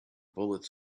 bullets